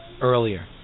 earlier